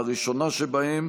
הראשונה שבהן: